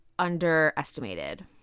underestimated